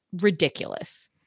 ridiculous